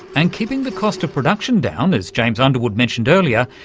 and keeping the costs of production down, as james underwood mentioned earlier,